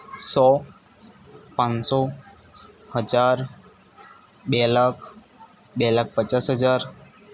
સો પાંચસો હજાર બે લાખ બે લાખ પચાસ હજાર